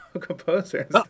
composers